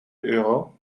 euro